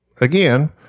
Again